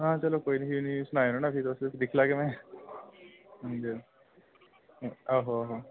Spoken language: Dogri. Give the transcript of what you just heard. आं चलो कोई नी मिगी सनाई ओड़ेओ ना तुस फिरी दिक्खी लैगे हां जी आहो आहो